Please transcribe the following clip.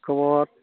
ᱪᱮᱫ ᱠᱷᱚᱵᱚᱨ